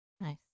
Nice